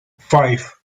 five